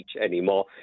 anymore